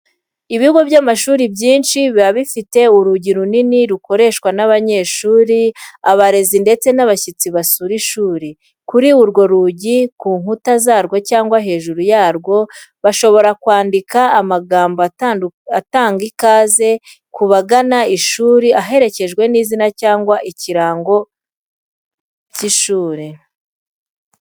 Ibigo by'amashuri byinshi biba bifite urugi runini rukoreshwa n'abanyeshuri, abarezi ndetse n'abashyitsi basura ishuri. Kuri urwo rugi, ku nkuta zarwo cyangwa hejuru yarwo, hashobora kwandikwa amagambo atanga ikaze ku bagana ishuri aherekejwe n'izina cyangwa ikirango by'ishuri.